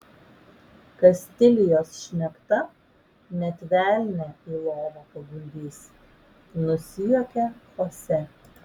kastilijos šnekta net velnią į lovą paguldys nusijuokė chose